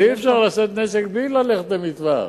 אבל אי-אפשר לשאת נשק בלי ללכת למטווח.